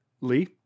Lee